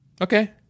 Okay